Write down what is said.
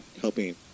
helping